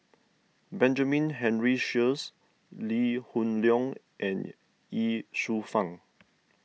Benjamin Henry Sheares Lee Hoon Leong and Ye Shufang